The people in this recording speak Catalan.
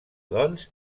doncs